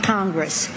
Congress